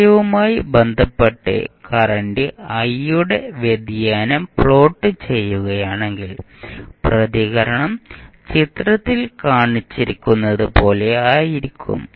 സമയവുമായി ബന്ധപ്പെട്ട് current i യുടെ വ്യതിയാനം പ്ലോട്ട് ചെയ്യുകയാണെങ്കിൽ പ്രതികരണം ചിത്രത്തിൽ കാണിച്ചിരിക്കുന്നതുപോലെ ആയിരിക്കും